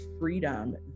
freedom